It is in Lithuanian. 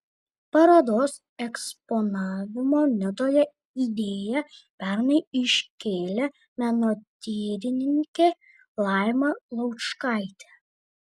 parodos eksponavimo nidoje idėją pernai iškėlė menotyrininkė laima laučkaitė